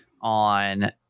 on